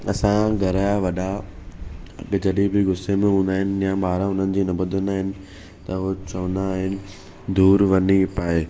असां घरु या वॾा जॾहिं बि गुसे में हूंदा आहिनि या ॿार हुननि जी न ॿुधंदा आहिनि त हूअ चवंदा आहिनि धूड़ि वञी पाए